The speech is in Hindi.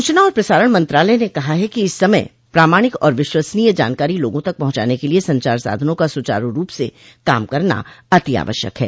सूचना और प्रसारण मंत्रालय ने कहा है कि इस समय प्रामाणिक और विश्वसनीय जानकारी लोगों तक पहुंचाने के लिए संचार साधनों का सुचारू रूप से काम करना अति आवश्यक है